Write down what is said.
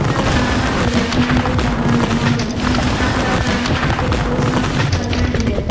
ការប្រើប្រាស់ភាសាខ្មែរគឺត្រូវបានណែនាំយ៉ាងខ្លាំង ហើយត្រូវប្រើប្រាស់ពាក្យគួរសមផ្លូវការជានិច្ច។